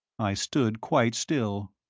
i stood quite still.